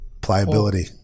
Pliability